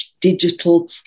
digital